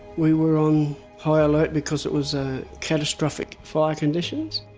we were on high alert because it was ah catastrophic fire conditions.